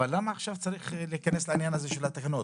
למה עכשיו צריך להיכנס לעניין של התקנות.